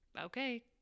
okay